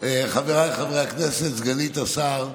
חבריי חברי הכנסת, סגנית השר,